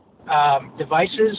Devices